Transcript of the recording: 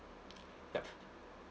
yup